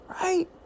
right